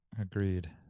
Agreed